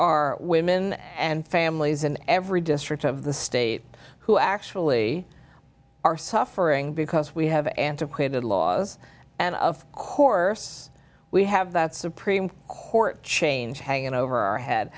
are women and families in every district of the state who actually are suffering because we have antiquated laws and of course we have that supreme court change hanging over our head